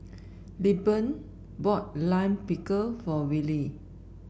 Lilburn bought Lime Pickle for Willy